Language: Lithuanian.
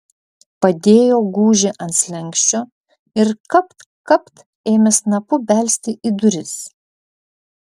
padėjo gūžį ant slenksčio ir kapt kapt ėmė snapu belsti į duris